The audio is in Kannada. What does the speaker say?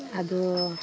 ಅದು